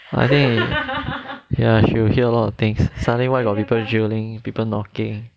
okay ya she will hear a lot of things suddenly why got people drilling people knocking